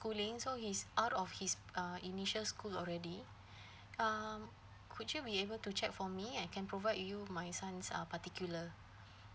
schooling so he's out of his uh initial school already um could you be able to check for me I can provide you my son's uh particular